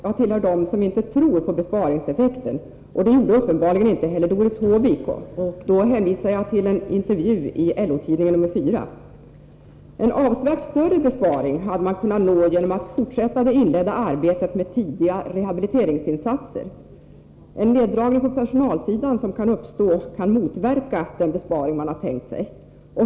Jag tillhör dem som inte tror på besparingseffekten, och det gjorde uppenbarligen inte heller Doris Håvik tidigare. Då hänvisar jag till en intervju i LO-tidningen nr 4. En avsevärt större besparing hade kunnat nås genom att fortsätta det inledda arbetet med tidiga rehabiliteringsinsatser. En neddragning som kan uppstå på personalsidan motverkar den besparingen.